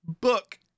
book